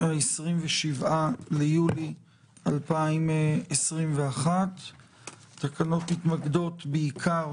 27 ביולי 2021. התקנות מתמקדות בעיקר